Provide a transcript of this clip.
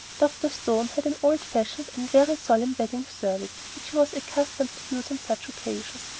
dr. stone had an old-fashioned and very solemn wedding service which he was accustomed to use on such occasions.